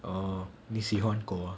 oh 你喜欢狗啊